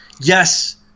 yes